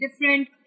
different